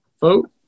vote